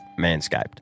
Manscaped